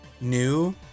new